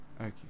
Okay